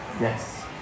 Yes